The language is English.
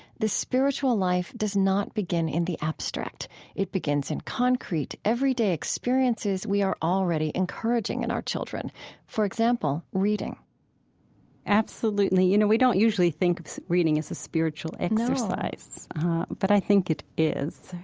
the spiritual life does not begin in the abstract it begins in concrete, everyday experiences we are already encouraging in our children for example, reading absolutely. you know, we don't usually think of reading as a spiritual exercise no but i think it is,